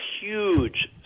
huge